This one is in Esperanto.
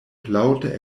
laŭte